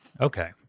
Okay